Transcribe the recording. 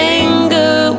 anger